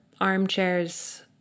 armchairs